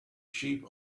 sheep